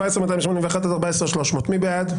14,141 עד 14,160, מי בעד?